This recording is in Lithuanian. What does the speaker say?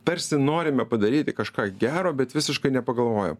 tarsi norime padaryti kažką gero bet visiškai nepagalvojam